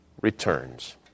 returns